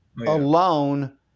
alone